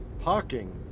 parking